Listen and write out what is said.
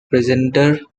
presenter